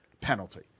penalty